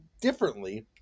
differently